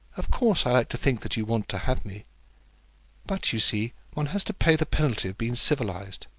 of course i like to think that you want to have me but, you see, one has to pay the penalty of being civilized